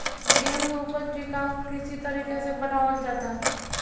गेंहू के ऊपज टिकाऊ कृषि तरीका से बढ़ावल जाता